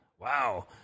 wow